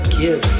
give